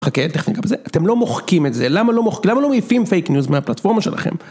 חכה, תכף ניגע בזה, אתם לא מוחקים את זה, למה לא מעיפים פייק ניוז מהפלטפורמה שלכם?